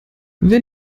wer